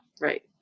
right